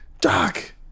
Doc